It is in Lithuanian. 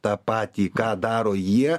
tą patį ką daro jie